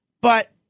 But-